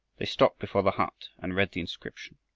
they stopped before the hut and read the inscription.